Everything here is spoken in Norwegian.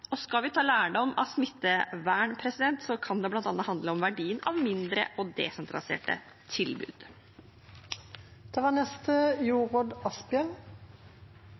Skal vi ta lærdom av smittevern, kan det bl.a. handle om verdien av mindre og desentraliserte tilbud.